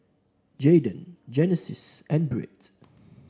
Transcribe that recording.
Jadon Genesis and Britt